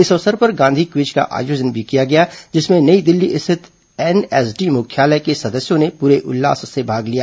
इस अवसर पर गांधी क्विज का भी आयोजन किया गया जिसमें नई दिल्ली स्थित एनएसडी मुख्य्यालय के सदस्यों ने पूरे उल्लास से भाग लिया